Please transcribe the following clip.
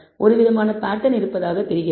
ஒருவிதமான பேட்டர்ன் இருப்பதாகத் தெரிகிறது